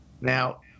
now